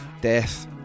death